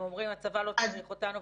הם אומרים שהצבא לא צריך אותם,